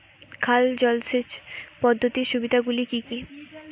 খাল জলসেচ পদ্ধতির সুবিধাগুলি কি কি?